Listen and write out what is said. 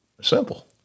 Simple